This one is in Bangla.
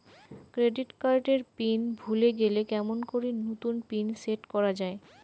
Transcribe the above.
ক্রেডিট কার্ড এর পিন ভুলে গেলে কেমন করি নতুন পিন সেট করা য়ায়?